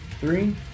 Three